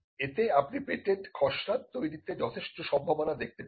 এতে আপনি পেটেন্ট খসড়া তৈরিতে যথেষ্ট সম্ভাবনা দেখতে পাবেন